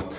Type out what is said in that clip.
I